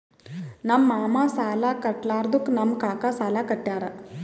ನಮ್ ಮಾಮಾ ಸಾಲಾ ಕಟ್ಲಾರ್ದುಕ್ ನಮ್ ಕಾಕಾ ಸಾಲಾ ಕಟ್ಯಾರ್